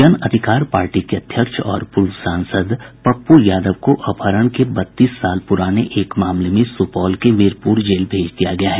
जन अधिकार पार्टी के अध्यक्ष और पूर्व सांसद पप्पू यादव को अपहरण के बत्तीस साल पुराने एक मामले में सुपौल के वीरपुर जेल भेज दिया गया है